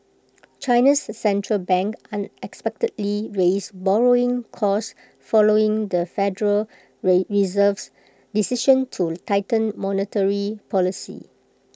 China's Central Bank unexpectedly raised borrowing costs following the federal Reserve's decision to tighten monetary policy